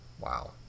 wow